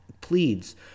pleads